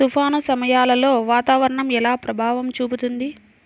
తుఫాను సమయాలలో వాతావరణం ఎలా ప్రభావం చూపుతుంది?